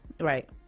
Right